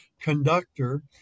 conductor